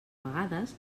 vegades